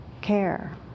care